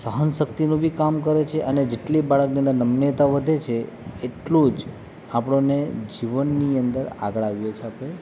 સહન શક્તિનું બી કામ કરે છે અને જેટલી બાળકની અંદર નમ્યતા વધે છે એટલું જ આપણને જીવનની અંદર આગળ આવીએ છીએ આપણે